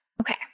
Okay